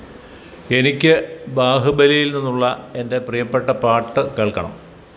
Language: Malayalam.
എനിക്ക് ബാഹുബലിയിൽ നിന്നുള്ള എന്റെ പ്രിയപ്പെട്ട പാട്ട് കേൾക്കണം